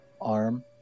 arm